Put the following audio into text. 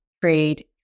trade